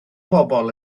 bobl